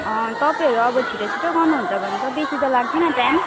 तपाईँहरू अब छिटो छिटो गर्नुहुन्छ भने त बेसी त लाग्दैन टाइम